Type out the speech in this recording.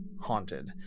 haunted